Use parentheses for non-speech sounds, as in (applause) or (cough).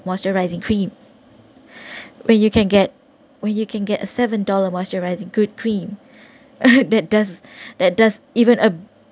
moisturising cream where you can get where you can get a seven dollar moisturising good cream (laughs) that does that does even a